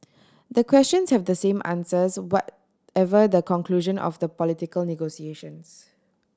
the questions have the same answers whatever the conclusion of the political negotiations